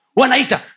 wanaita